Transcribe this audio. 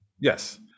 yes